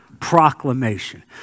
Proclamation